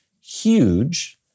huge